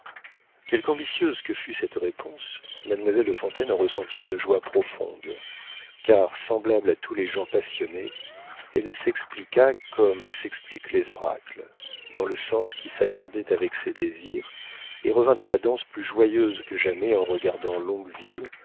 quelque ambitieuse que fût cette réponse mademoiselle de fontaine en ressentit une joie profonde car semblable à tous les gens passionnés elle s'expliqua comme s'expliquent les oracles dans le sens qui s'accordait avec ses désirs et revint à la danse plus joyeuse que jamais en regardant